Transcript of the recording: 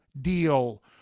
Deal